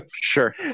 Sure